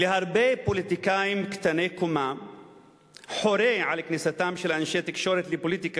להרבה פוליטיקאים קטני קומה חורה על כניסתם של אנשי תקשורת לפוליטיקה,